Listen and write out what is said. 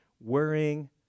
Worrying